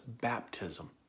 baptism